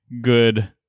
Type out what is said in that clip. good